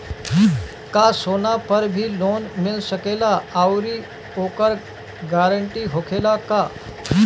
का सोना पर भी लोन मिल सकेला आउरी ओकर गारेंटी होखेला का?